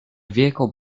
vehicle